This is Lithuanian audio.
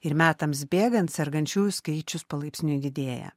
ir metams bėgant sergančiųjų skaičius palaipsniui didėja